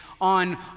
on